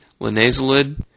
linazolid